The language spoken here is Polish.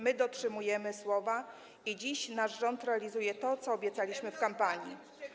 My dotrzymujemy słowa i dziś nasz rząd realizuje to, co obiecaliśmy w kampanii.